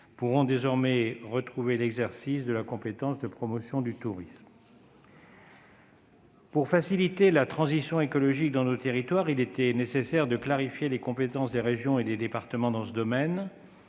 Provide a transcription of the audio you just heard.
pourront désormais retrouver l'exercice de la compétence de promotion du tourisme. Pour faciliter la transition écologique dans nos territoires, il était nécessaire de clarifier les compétences des régions et des départements en la matière.